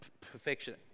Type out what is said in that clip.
perfection